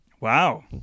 Wow